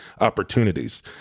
opportunities